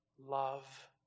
love